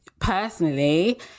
personally